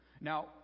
now